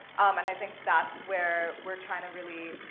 and i think that's where we're tryin' to really,